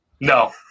no